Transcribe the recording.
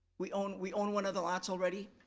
we own we own one of the lots already,